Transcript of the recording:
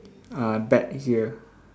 uh bet here